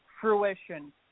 fruition